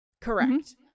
correct